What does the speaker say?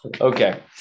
Okay